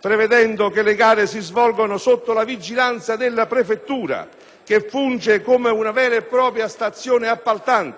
prevedendo che le gare si svolgano sotto la vigilanza della prefettura che funge come una vera e propria stazione appaltante;